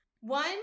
One